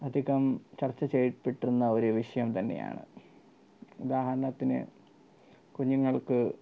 അധികം ചർച്ച ചെയ്യപ്പെട്ടിരുന്ന ഒരു വിഷയം തന്നെയാണ് ഉദാഹരണത്തിന് കുഞ്ഞുങ്ങൾക്ക്